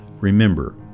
remember